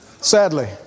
sadly